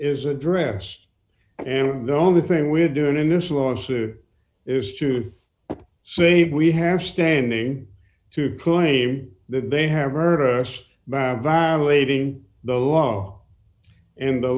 is a dress and the only thing we're doing in this lawsuit is to say we have standing to claim that they have hurt us by violating the law and the